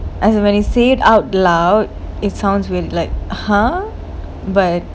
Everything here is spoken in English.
as in when you say it out loud it sounds weird like !huh! but